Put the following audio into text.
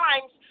times